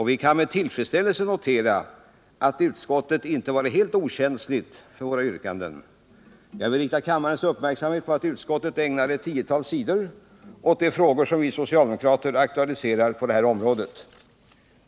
Vi kan med tillfredsställelse notera att utskottet inte har varit helt okänsligt för våra yrkanden. Jag vill rikta kammarens uppmärksamhet på att utskottet ägnar ett tiotal sidor åt de frågor som vi socialdemokrater aktualiserar på detta område.